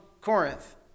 Corinth